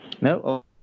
No